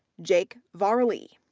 jake varley,